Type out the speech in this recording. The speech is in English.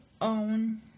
own